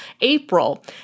April